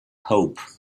hope